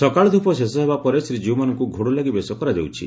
ସକାଳଧ୍ରପ ଶେଷ ହେବାପରେ ଶ୍ରୀଜୀଉମାନଙ୍କୁ ଘୋଡଲାଗି ବେଶ କରାଯାଉଛି